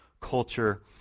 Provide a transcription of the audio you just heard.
culture